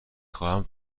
خواهم